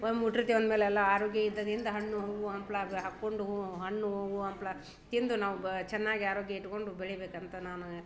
ಒಮ್ಮೆ ಹುಟ್ಟಿರ್ತೀವಿ ಅಂದ್ಮೇಲೆ ಎಲ್ಲ ಆರೋಗ್ಯಯುತದಿಂದ ಹಣ್ಣು ಹೂ ಹಂಪ್ಲು ಹಾಕ್ಕೊಂಡು ಹೂ ಹಣ್ಣು ಹೂ ಹಂಪ್ಲು ತಿಂದು ನಾವು ಬ ಚೆನ್ನಾಗಿ ಆರೋಗ್ಯ ಇಟ್ಕೊಂಡು ಬೆಳಿಬೇಕು ಅಂತ ನಾನು